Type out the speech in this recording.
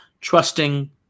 trusting